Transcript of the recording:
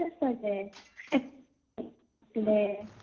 तशेंच तर तें ले